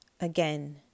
again